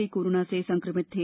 वे corona संक्रमित थे